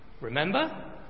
Remember